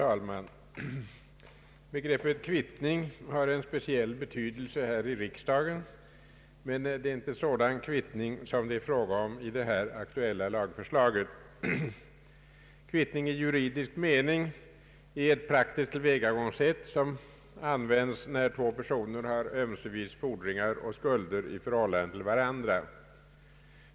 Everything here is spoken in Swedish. Herr talman! Begreppet kvittning har en speciell betydelse här i riksdagen, men det är inte sådan kvittning som det är fråga om i det här aktuella lagförslaget. Kvittning i juridisk mening är ett praktiskt tillvägagångssätt som används när två personer har ömsevis fordringar och skulder i förhållande till varandra.